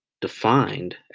defined